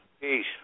Peace